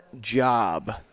job